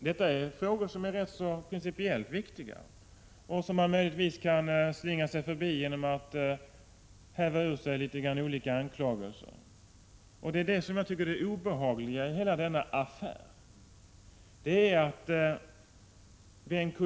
Detta är frågor som är principiellt viktiga och som man möjligtvis kan slingra sig förbi genom att häva ur sig olika anklagelser. Det obehagliga i hela denna affär är att Bengt K.